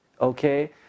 Okay